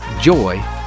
joy